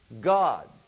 God